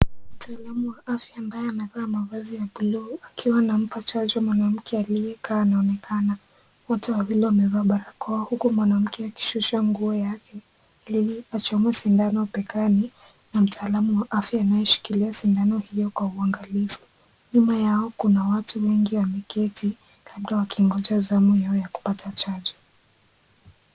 Mtaalamu wa afya ambaye amevaa mavazi ya blue akiwa anampa chanjo mwanamke aliyekaa anaonekana. Wote wawili wamevaa barakoa huku mwanamke akishusha nguo yake ili achomwe sindano begani na mtaalamu wa afya anayeshikilia sindano hiyo kwa uangalifu. Nyuma yao kuna watu wengi wameketi labda wakingoja zamu yao ya kupata chanjo.